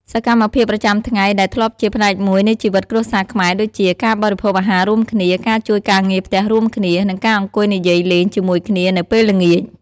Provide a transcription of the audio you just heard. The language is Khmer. សកម្មភាពប្រចាំថ្ងៃដែលធ្លាប់ជាផ្នែកមួយនៃជីវិតគ្រួសារខ្មែរដូចជា ការបរិភោគអាហាររួមគ្នា ការជួយការងារផ្ទះរួមគ្នា និងការអង្គុយនិយាយលេងជាមួយគ្នានៅពេលល្ងាច។